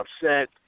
upset